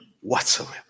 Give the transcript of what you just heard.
whatsoever